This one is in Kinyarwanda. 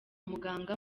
muganga